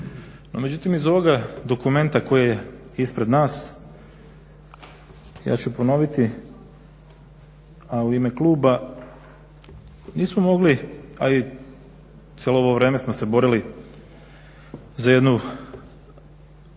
No međutim iz ovoga dokumenta koji je ispred nas ja ću ponoviti, a u ime kluba nismo mogli, a i celo ovo vreme smo se borili za jednu